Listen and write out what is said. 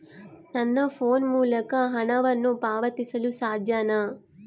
ನನ್ನ ಫೋನ್ ಮೂಲಕ ಹಣವನ್ನು ಪಾವತಿಸಲು ಸಾಧ್ಯನಾ?